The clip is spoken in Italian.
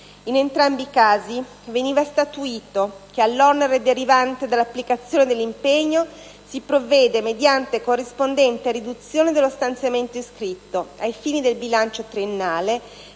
In entrambi i casi veniva statuito che «all'onere derivante dall'applicazione dell'impegno si provvede mediante corrispondente riduzione dello stanziamento iscritto, ai fini del bilancio triennale,